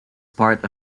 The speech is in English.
part